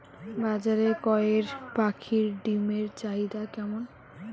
বাজারে কয়ের পাখীর ডিমের চাহিদা কেমন?